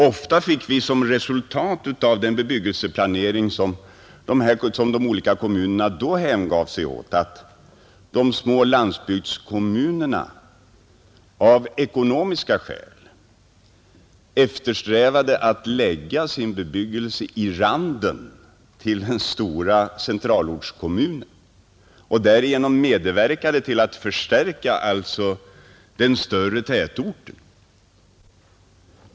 Ofta var resultatet av den bebyggelseplanering som de olika kommunerna då åstadkom att de små landsbygdskommunerna av ekonomiska skäl lade sin bebyggelse i randen till den stora centralortskommunen och därigenom medverkade till att ytterligare förstärka den större tätorten.